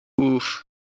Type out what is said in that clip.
Oof